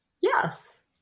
Yes